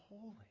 holy